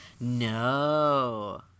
No